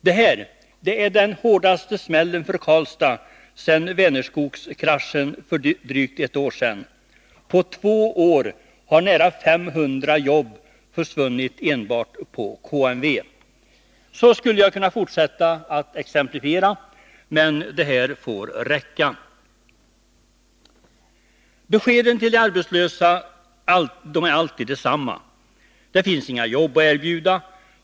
Detta är den hårdaste smällen för Karlstad sedan Vänerskogskraschen för drygt ett år sedan. På två år har nära 500 jobb försvunnit enbart på KMW. Så skulle jag kunna fortsätta att exemplifiera, men det här får räcka. Beskeden till de arbetslösa är alltid desamma. Det finns inga jobb att erbjuda.